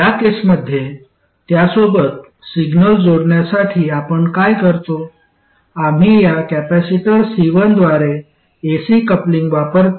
या केस मध्ये त्यासोबत सिग्नल जोडण्यासाठी आपण काय करतो आम्ही या कपॅसिटर C1 द्वारे एसी कपलिंग वापरतो